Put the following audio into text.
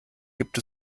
gibt